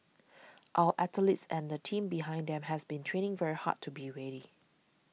our athletes and the team behind them have been training very hard to be ready